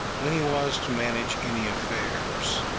when he was to manage any affairs.